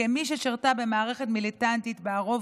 כמי ששירתה במערכת מיליטנטית שבה הרוב